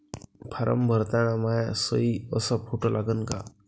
Form भरताना मायी सयी अस फोटो लागन का?